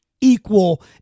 equal